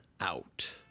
Out